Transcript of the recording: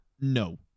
no